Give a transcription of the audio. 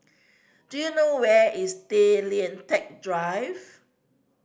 do you know where is Tay Lian Teck Drive